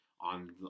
on